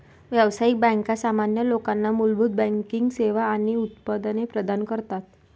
व्यावसायिक बँका सामान्य लोकांना मूलभूत बँकिंग सेवा आणि उत्पादने प्रदान करतात